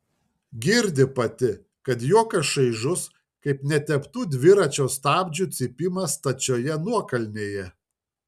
girdi pati kad juokas šaižus kaip neteptų dviračio stabdžių cypimas stačioje nuokalnėje